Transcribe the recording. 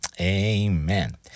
Amen